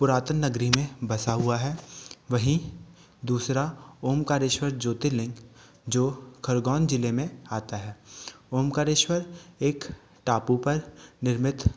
पुरातन नगरी में बसा हुआ है वहीं दूसरा ओंकारेश्वर ज्योतिर्लिंग जो खरगोन जिले में आता है ओंकारेश्वर एक टापू पर निर्मित